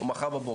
או מחר בבוקר.